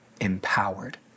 empowered